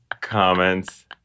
comments